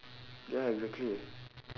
ya exactly